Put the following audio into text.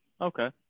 Okay